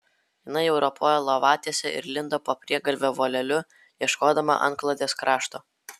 jinai jau ropojo lovatiese ir lindo po priegalvio voleliu ieškodama antklodės krašto